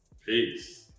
Peace